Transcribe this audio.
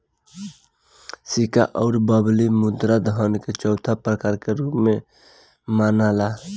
सिक्का अउर बबली मुद्रा धन के चौथा प्रकार के रूप में मनाला